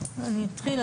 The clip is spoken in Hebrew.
אני אתחיל.